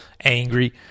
angry